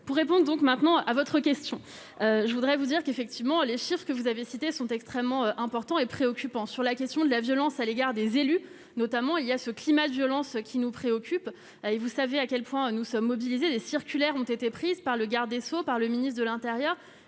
pourrait vont donc maintenant à votre question, je voudrais vous dire qu'effectivement les choses que vous avez cités sont extrêmement importants et préoccupant sur la question de la violence à l'égard des élus, notamment il y a ce climat de violence qui nous préoccupe, et vous savez à quel point nous sommes mobilisés, les circulaires ont été prises par le garde des Sceaux, par le ministre de l'Intérieur,